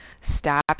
stop